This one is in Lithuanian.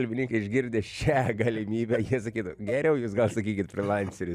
kalbininkai išgirdę šią galimybę jie sakytų geriau jūs gal sakykit frilanceris